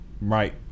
Right